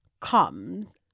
comes